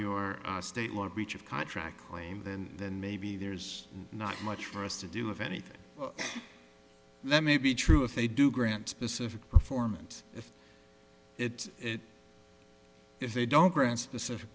your state or breach of contract claim then then maybe there's not much for us to do if anything that may be true if they do grant specific performance if it is if they don't grant specific